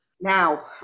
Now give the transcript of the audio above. now